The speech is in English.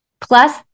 plus